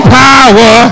power